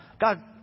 God